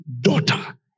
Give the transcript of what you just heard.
daughter